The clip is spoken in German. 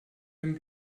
dem